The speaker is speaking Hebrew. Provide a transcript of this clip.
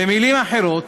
במילים אחרות,